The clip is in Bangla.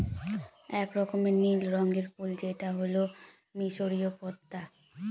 এক রকমের নীল রঙের ফুল যেটা হল মিসরীয় পদ্মা